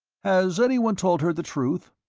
has any one told her the truth?